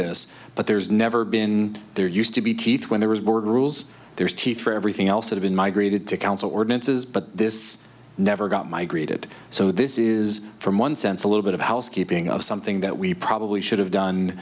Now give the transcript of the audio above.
this but there's never been there used to be teeth when there was a board rules there's teeth for everything else have been migrated to council ordinances but this never got migrated so this is from one sense a little bit of housekeeping of something that we probably should have done